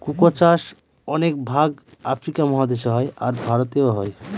cocoa চাষ অনেক ভাগ আফ্রিকা মহাদেশে হয়, আর ভারতেও হয়